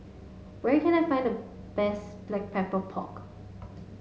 where can I find the best black pepper pork